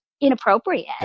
inappropriate